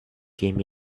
came